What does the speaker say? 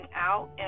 out